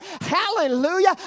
hallelujah